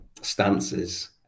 stances